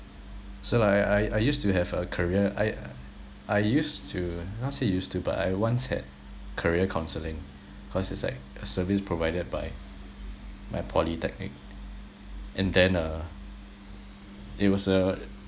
so like I I I used to have a career I I used to not say used to but I once had career counselling cause it's like a service provided by my polytechnic and then uh it was a